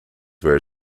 where